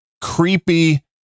creepy